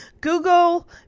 Google